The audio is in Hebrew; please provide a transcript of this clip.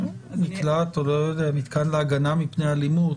מקלט או לא יודע, מתקן להגנה מפני אלימות,